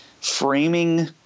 framing